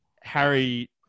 Harry